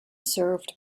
served